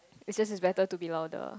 it's just it's better to be louder